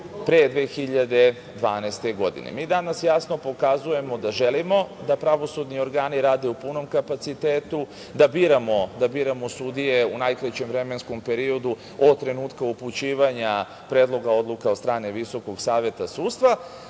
pre 2012. godine. Mi danas jasno pokazujemo da želimo da pravosudni organi rade u punom kapacitetu, da biramo sudije u najkraćem vremenskom periodu od trenutka upućivanja predloga odluka od strane VSS, dok su